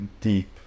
deep